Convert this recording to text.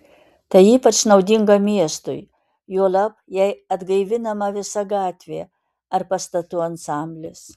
tai ypač naudinga miestui juolab jei atgaivinama visa gatvė ar pastatų ansamblis